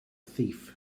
thief